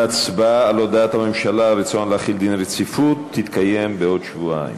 ההצבעה על הודעת הממשלה על רצונה להחיל דין רציפות תתקיים בעוד שבועיים.